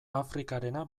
afrikarena